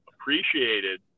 appreciated